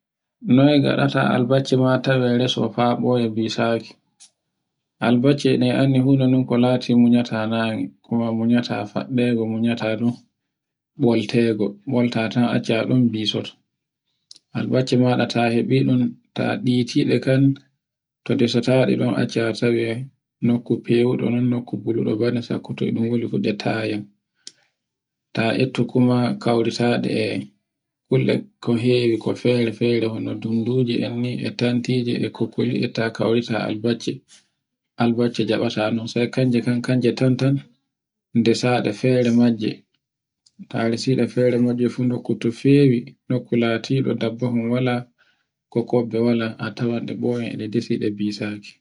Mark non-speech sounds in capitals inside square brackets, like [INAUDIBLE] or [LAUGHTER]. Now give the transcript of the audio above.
Noy gadeta albasa ma rese faa ɓoye bisaki. Albasi e ɗi anndi fu no non ko lati munyata nange kuma munyata faɗɗrgo munyata ɗum ɓoltego, ɓolta ɗun acca ɗun bisoto, albasi maɗa ta heɓiɗum ta ɗitiɗe kan to ɗe ndesateɗa acca nokku fewuɗe, nokku buluɗe bone sakko to ɗun woni fu ɗetayiyam. [NOISE] ta attu kuma kauritaɗe [NOISE] kuɗe kon hewi, ko fere-fere wona dunduje enni [NOISE] e kokkolieta kaurita albase. [NOISE] albase jaɓata non, sai kanje tan, kanje tan tan, [NOISE] desaɗe fere majje. ta resiɗe fere majje nokku to fewi, nokku latiɗo dabbahun wala, ko kebbe wala a tawan de ɓoyi e ɗe desan ɗe bisaki.